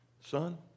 Son